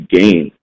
gain